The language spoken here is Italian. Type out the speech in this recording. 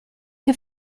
che